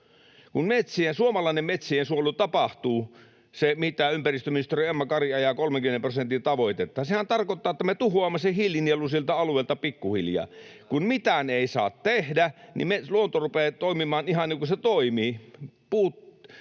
Kun suomalainen metsien suojelu tapahtuu, se, mitä ympäristöministeri Emma Kari ajaa, 30 prosentin tavoite, sehän tarkoittaa, että me tuhoamme sen hiilinielun sieltä alueelta pikkuhiljaa. [Petri Huru: Juuri näin!] Kun mitään ei saa tehdä, niin luonto rupeaa toimimaan ihan niin kuin se toimii: